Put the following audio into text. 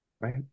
right